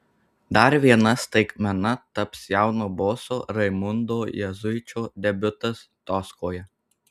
dar viena staigmena taps jauno boso raimundo juzuičio debiutas toskoje